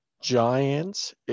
Giants